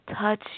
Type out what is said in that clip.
touch